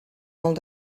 molt